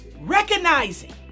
recognizing